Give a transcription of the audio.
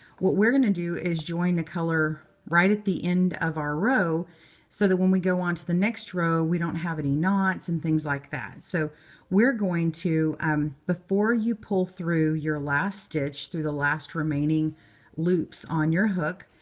what we're going to do is join the color right at the end of our row so that, when we go on to the next row, we don't have any knots and things like that. so we're going to um before you pull through your last stitch through the last remaining loops on your hook,